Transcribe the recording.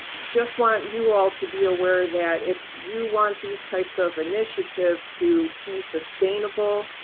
just want you all to be aware that if you want these types of initiatives to be sustainable,